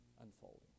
unfolding